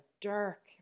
dark